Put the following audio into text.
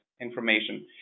information